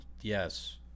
Yes